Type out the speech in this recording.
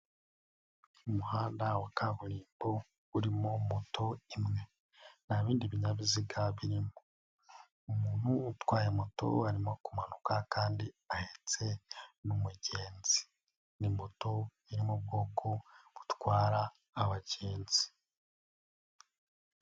Umuhanda wa kaburimbo urimo moto imwe, nta bindi binyabiziga birimo, umuntu utwaye moto arimo kumanuka kandi ahetse n'umugenzi, ni muto iri mu bwoko butwara abagenzi.